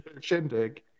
shindig